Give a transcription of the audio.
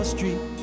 Street